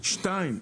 שנית,